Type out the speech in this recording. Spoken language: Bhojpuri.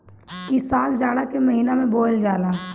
इ साग जाड़ा के महिना में बोअल जाला